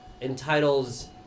entitles